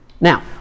Now